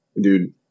Dude